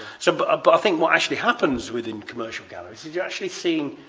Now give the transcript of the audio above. so but but think what actually happens within commercial galleries is you're actually seeing